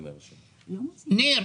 ניר,